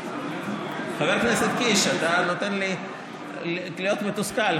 חבר הכנסת קיש, אתה נותן לי להיות מתוסכל.